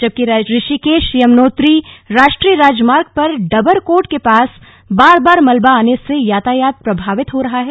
जबकि ऋषिकेश यमुनोत्री राष्ट्रीय राजमार्ग पर डबरकोट के पास बार बार मलबा आने से यातायात प्रभावित हो रहा है